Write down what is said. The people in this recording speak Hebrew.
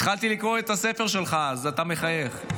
התחלתי לקרוא את הספר שלך, אז אתה מחייך.